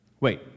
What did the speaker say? Wait